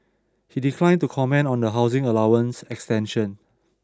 he declined to comment on the housing allowance extension